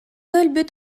өлбүт